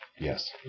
Yes